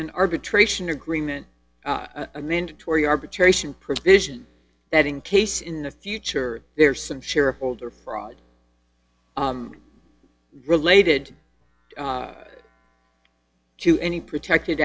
an arbitration agreement a mandatory arbitration provision that in case in the future there are some shareholder fraud related to any protected